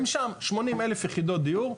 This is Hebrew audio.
הם שם, 80,000 יחידות דיור.